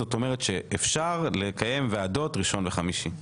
זאת אומרת שאפשר לקיים ועדות ראשון וחמישי.